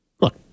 Look